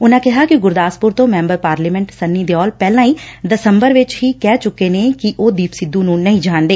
ਉਨੂਾ ਕਿਹਾ ਕਿ ਗੁਰਦਾਸਪੁਰ ਤੋਂ ਮੈਂਬਰ ਪਾਰਲੀਮੈਂਟ ਸੰਨੀ ਦਿਓਲ ਪਹਿਲਾਂ ਹੀ ਦਸੰਬਰ ਵਿਚ ਹੀ ਕਹਿ ਚੁੱਕੇ ਨੇ ੱਕਿ ਉਹ ਦੀਪ ਸਿੱਧੂ ਨੂੰ ਨਹੀਂ ਜਾਣਦੇ